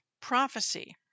prophecy